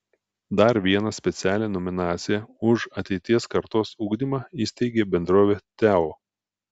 dar vieną specialią nominaciją už ateities kartos ugdymą įsteigė bendrovė teo